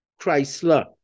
Chrysler